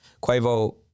Quavo